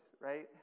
right